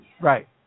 Right